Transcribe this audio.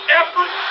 effort